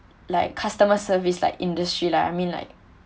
like customer service like industry lah I mean like